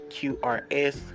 qrs